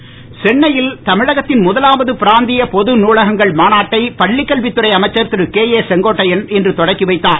மாநாடு சென்னையில் தமிழகத்தின் ழுதலாவது பிராந்திய பொது நூலகங்கள் மாநாட்டை பள்ளிக் கல்வித்துறை அமைச்சர் திரு கே செங்கோட்டையன் இன்று தொடக்கி வைத்தார்